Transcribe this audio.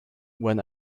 when